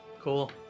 Cool